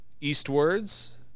eastwards